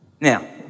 Now